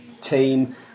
team